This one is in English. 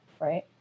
Right